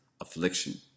affliction